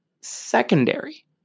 secondary